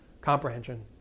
comprehension